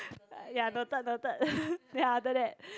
ya noted noted then after that